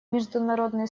международные